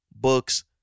books